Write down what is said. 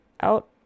out